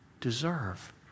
deserve